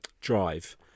drive